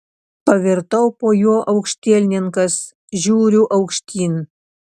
pavirtau po juo aukštielninkas žiūriu aukštyn